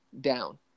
down